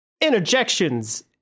interjections